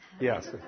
Yes